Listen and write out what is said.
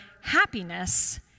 happiness